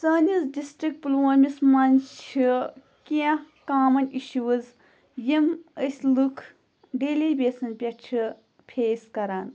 سٲنِس ڈِسٹرک پُلوٲمِس منٛز چھِ کینٛہہ کامَن اِشوٕز یِم أسۍ لٕکھ ڈیلی بیسَن پٮ۪ٹھ چھِ پھیس کَران